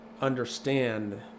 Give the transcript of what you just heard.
Understand